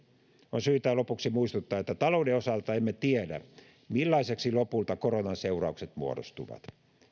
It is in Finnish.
on syytä lopuksi muistuttaa että talouden osalta emme tiedä millaisiksi lopulta koronan seuraukset muodostuvat